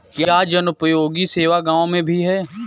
क्या जनोपयोगी सेवा गाँव में भी है?